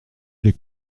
les